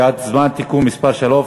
(תיקון מס' 3),